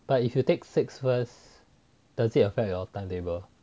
but if you take six first does it affect your timetable